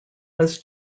was